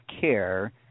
care